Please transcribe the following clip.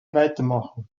weitermachen